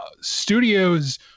studios